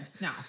No